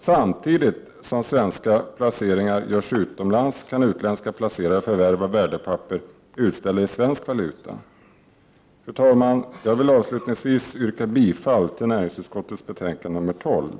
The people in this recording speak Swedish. Samtidigt som svenska placeringar görs utomlands kan utländska placerare förvärva värdepapper utställda i svensk valuta. Fru talman! Jag yrkar avslutningsvis bifall till näringsutskottets betänkande nr 12.